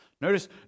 Notice